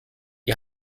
die